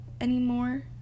anymore